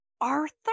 Arthur